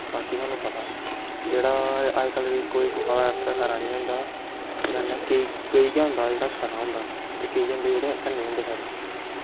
बाकी तोआनू पता जेह्ड़ा अजकल्ल कोई कुसै आस्तै खरा निं होंदा मतलब कोई गै होंदा जेह्ड़ा खरा होंदा ते केईं होंदे जेह्ड़े ऐनी होंदे खरे